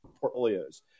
portfolios